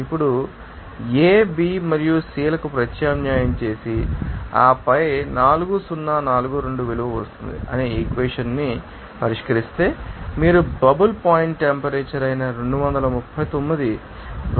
ఇప్పుడు ఈ A B మరియు C లకు ప్రత్యామ్నాయం చేసి ఆపై 4042 విలువ వస్తుంది అనే ఈక్వేషన్ ాన్ని పరిష్కరిస్తే మీరు బబుల్ పాయింట్ టెంపరేచర్ అయిన 239 2